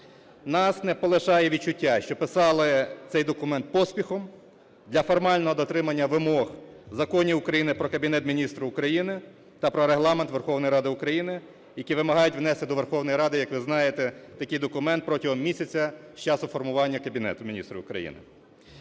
Нас не полишає відчуття, що писали цей документ поспіхом для формального дотримання вимог законів України "Про Кабінет Міністрів України" та "Про Регламент Верховної Ради України", які вимагають внести до Верховної Ради, як ви знаєте, такий документ протягом місяця з часу формування Кабінету Міністрів України.